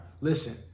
Listen